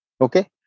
Okay